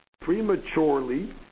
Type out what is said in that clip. prematurely